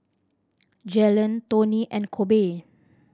Jalyn Toney and Kobe